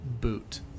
boot